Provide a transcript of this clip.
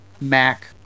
Mac